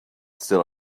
still